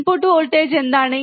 input voltage എന്താണ്